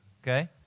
Okay